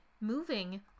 moving